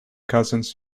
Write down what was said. cousins